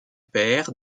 père